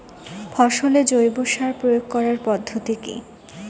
ফসলে জৈব সার প্রয়োগ করার পদ্ধতি কি?